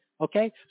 Okay